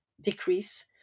decrease